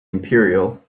imperial